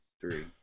three